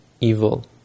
evil